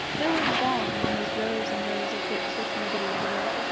there was balm in those rows and rows of books which nobody ever read,